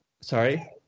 sorry